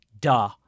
duh